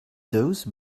those